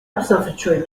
observatory